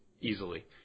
easily